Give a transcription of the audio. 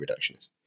reductionist